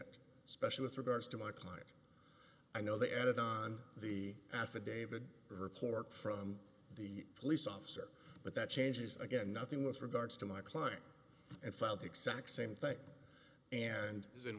that especially with regards to my client i know they added on the affidavit report from the police officer but that changes again nothing with regards to my client and filed the exact same thing and is in